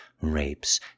rapes